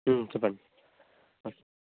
చెప్పండి